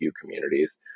communities